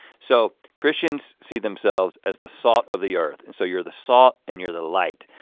so christians see themselves as the salt of the earth. and so you're the salt and you're the light.